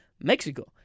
Mexico